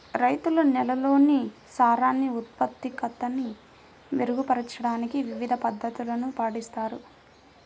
రైతులు నేలల్లోని సారాన్ని ఉత్పాదకతని మెరుగుపరచడానికి వివిధ పద్ధతులను పాటిస్తారు